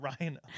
Ryan